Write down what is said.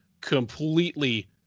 completely